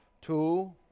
two